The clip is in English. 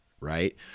right